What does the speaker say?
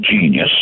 genius